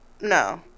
no